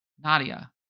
Nadia